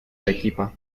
arequipa